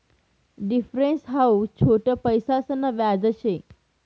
difference हाऊ छोट पैसासन व्याज शे